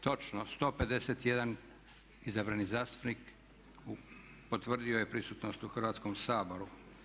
Točno 151 izabrani zastupnik potvrdio je prisutnost u Hrvatskom saboru.